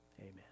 Amen